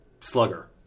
slugger